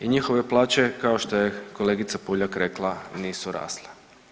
I njihove plaće kao što je kolegica Puljak rekla nisu rasle.